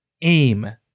aim